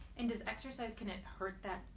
and does exercise can it hurt that?